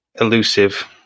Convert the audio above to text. elusive